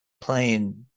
playing